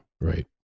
right